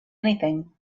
anything